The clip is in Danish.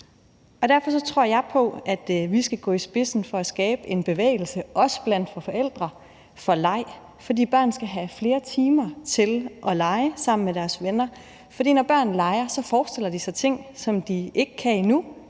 Derfor tror jeg på, at vi skal gå i spidsen for at skabe en bevægelse for leg, også blandt forældre, for børn skal have flere timer til at lege sammen med deres venner. Når børn leger, forestiller de sig ting, som de ikke kan endnu,